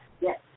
Yes